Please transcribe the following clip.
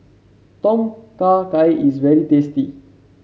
Tom Kha Gai is very tasty